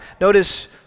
notice